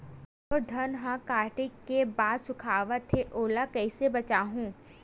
मोर धान ह काटे के बाद सुखावत हे ओला कइसे बेचहु?